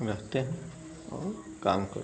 देखते हैं और काम करते हैं